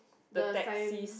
the sign